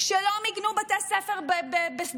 כשלא מיגנו בתי ספר בשדרות,